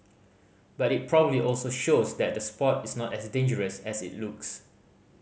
but it probably also shows that the sport is not as dangerous as it looks